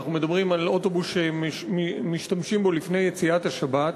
אנחנו מדברים על אוטובוס שמשתמשים בו לפני יציאת השבת.